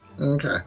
Okay